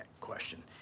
question